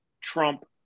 Trump